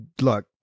look